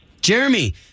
Jeremy